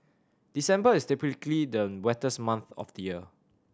December is typically the wettest month of the year